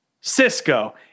Cisco